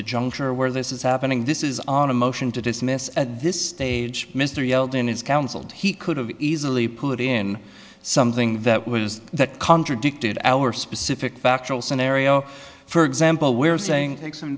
the juncture where this is happening this is on a motion to dismiss at this stage mr yeldon is counseled he could have easily put in something that was that contradicted our specific factual scenario for example where saying